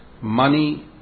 money